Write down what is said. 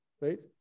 right